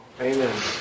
Amen